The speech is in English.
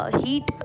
heat